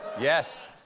Yes